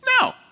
No